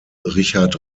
richard